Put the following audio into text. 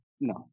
no